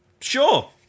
Sure